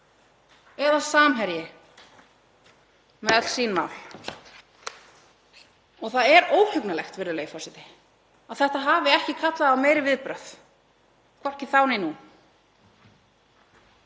eða Samherji með öll sín mál. Og það er óhugnanlegt, virðulegi forseti, að þetta hafi ekki kallað á meiri viðbrögð, hvorki þá né nú.